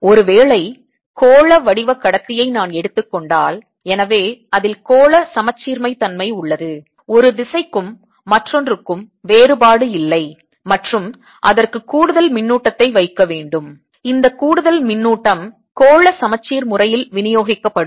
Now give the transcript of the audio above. ஒருவேளை கோளவடிவ கடத்தியை நான் எடுத்துக் கொண்டால் எனவே அதில் கோள சமச்சீர் தன்மை உள்ளது ஒரு திசைக்கும் மற்றொன்றுக்கும் வேறுபாடு இல்லை மற்றும் அதற்கு கூடுதல் மின்னூட்டத்தை வைக்க வேண்டும் இந்த கூடுதல் மின்னூட்டம் கோள சமச்சீர் முறையில் விநியோகிக்கப்படும்